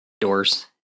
Doors